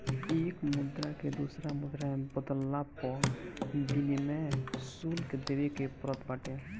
एक मुद्रा के दूसरा मुद्रा में बदलला पअ विनिमय शुल्क देवे के पड़त बाटे